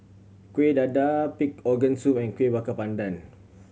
Kueh Dadar pig organ soup and Kuih Bakar Pandan